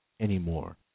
anymore